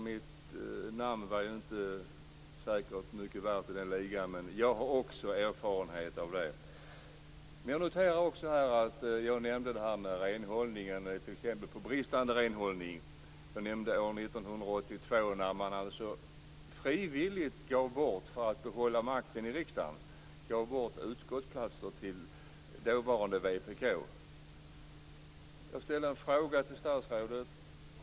Mitt namn var inte mycket värt i den ligan. Jag har också erfarenhet. Jag noterar att man nämnde bristande renhållning. År 1982 gav man för att behålla makten i riksdagen frivilligt bort utskottsplatser till dåvarande vpk. Jag ställde en fråga till statsrådet.